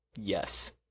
yes